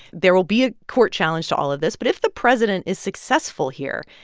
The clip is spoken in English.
there will be a court challenge to all of this. but if the president is successful here,